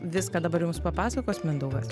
viską dabar jums papasakos mindaugas